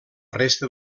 resta